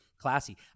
classy